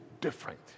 different